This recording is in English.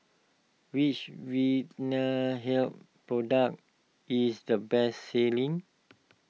which Vitahealth product is the best selling